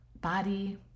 body